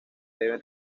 deben